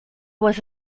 was